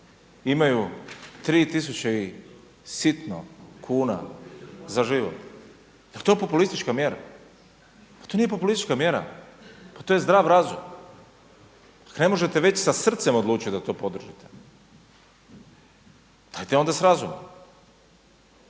imaju tri tisuće i sitno kuna za život. Jel to populistička mjera? To nije populistička mjera pa to je zdrav razum. Ako ne možete već sa srcem odlučiti da to podržite dajte onda s razumom